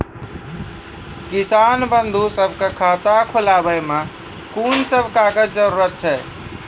किसान बंधु सभहक खाता खोलाबै मे कून सभ कागजक जरूरत छै?